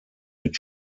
mit